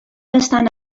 bastant